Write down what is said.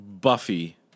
Buffy